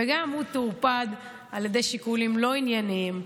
וגם הוא טורפד משיקולים לא ענייניים.